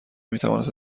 میتوانست